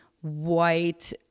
white